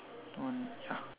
mm uh